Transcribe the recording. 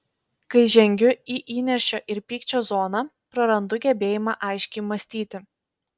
kai žengiu į įniršio ir pykčio zoną prarandu gebėjimą aiškiai mąstyti